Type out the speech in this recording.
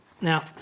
Now